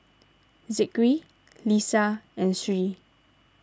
Zikri Lisa and Sri